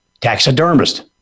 taxidermist